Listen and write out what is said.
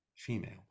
female